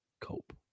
Cope